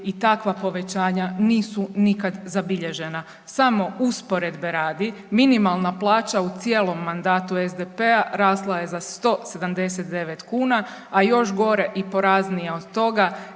i takva povećanja nisu nikad zabilježena. Samo usporedbe radi minimalna plaća u cijelom mandatu SDP-a rasla je za 179 kuna, a još gore i poraznije od toga